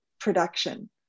production